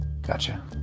Gotcha